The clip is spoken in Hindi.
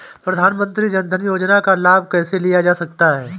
प्रधानमंत्री जनधन योजना का लाभ कैसे लिया जा सकता है?